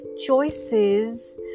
choices